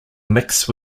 mixed